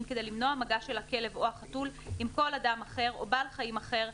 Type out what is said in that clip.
כדי למנוע מגע של הכלב או החתול עם כל אדם או בעל חיים אחר,